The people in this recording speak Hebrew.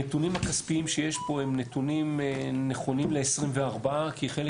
הנתונים הכספיים שיש פה הם נתונים נכונים ל-24 כי חלק